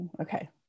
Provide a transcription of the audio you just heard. okay